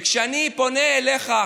וכשאני פונה אליך,